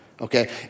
okay